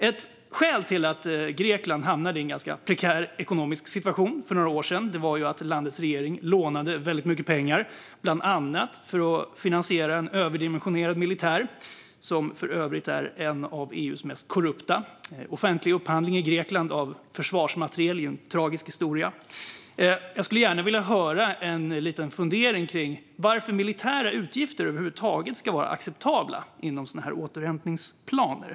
Ett skäl till att Grekland hamnade i en prekär ekonomisk situation för några år sedan var att landets regering lånade mycket pengar, bland annat för att finansiera en överdimensionerad militär - för övrigt en av EU:s mest korrupta. Offentlig upphandling av försvarsmateriel i Grekland är en tragisk historia. Jag skulle gärna vilja höra en fundering över varför militära utgifter över huvud taget ska vara acceptabla inom återhämtningsplaner.